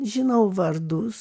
žinau vardus